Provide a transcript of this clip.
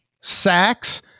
sacks